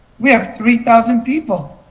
we have three thousand people.